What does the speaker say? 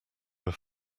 have